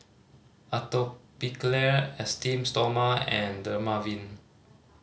Atopiclair Esteem Stoma and Dermaveen